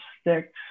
sticks